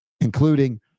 including